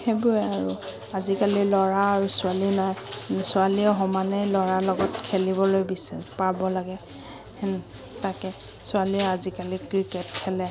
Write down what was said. সেইবোৰে আৰু আজিকালি ল'ৰা আৰু ছোৱালী নাই ছোৱালীয়েও সমানেই ল'ৰাৰ লগত খেলিবলৈ বিচাৰ পাব লাগে তাকে ছোৱালীয়ে আজিকালি ক্ৰিকেট খেলে